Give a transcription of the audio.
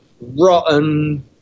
rotten